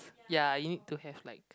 ya you need to have like